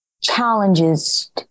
challenges